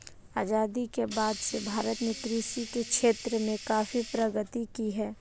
आजादी के बाद से भारत ने कृषि के क्षेत्र में काफी प्रगति की है